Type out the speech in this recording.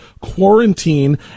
quarantine